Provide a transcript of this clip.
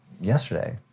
yesterday